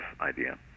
idea